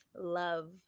love